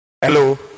hello